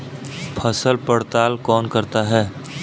फसल पड़ताल कौन करता है?